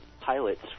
pilots